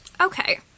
okay